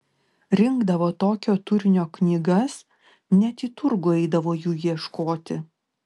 rinkdavo tokio turinio knygas net į turgų eidavo jų ieškoti